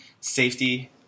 safety